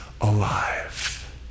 alive